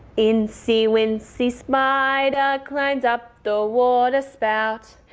incy wincy spider climbed up the water spout.